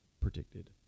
Predicted